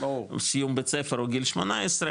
סיום בית ספר או גיל 18,